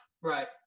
Right